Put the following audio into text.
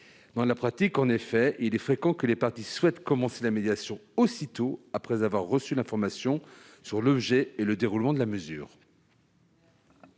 Dans la pratique, il est fréquent que les parties souhaitent commencer la médiation aussitôt après avoir reçu l'information sur l'objet et le déroulement de la mesure.